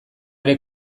ere